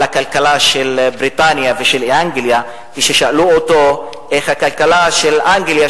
על הכלכלה של בריטניה ושל אנגליה כששאלו אותו איך הכלכלה של אנגליה,